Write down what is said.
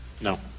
No